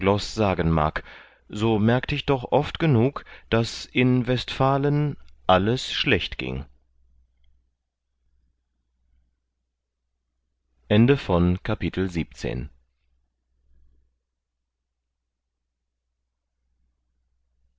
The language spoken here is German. sagen mag so merkt ich doch oft genug daß in westfalen alles schlecht ging